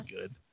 good